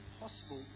possible